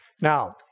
Now